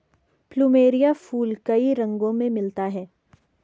plumeria फूल कई रंगो में मिलता है